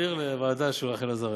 רחל עזריה.